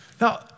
Now